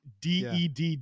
DED